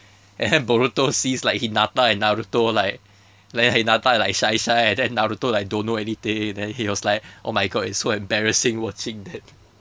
and then boruto sees like hinata and naruto like like hinata like shy shy and then naruto like don't know anything then he was like oh my god it's so embarrassing watching that